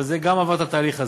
אבל זה גם עבר את התהליך הזה.